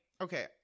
okay